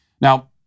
Now